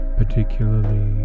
particularly